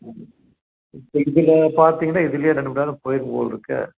ம் இப்போ இதில் பார்த்திங்கன்னா இதுலையே ரெண்டு மண் நேரம் போயிரும் போல்ருக்கே